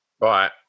Right